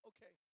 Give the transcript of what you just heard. Okay